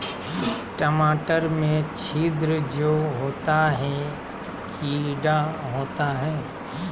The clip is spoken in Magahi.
टमाटर में छिद्र जो होता है किडा होता है?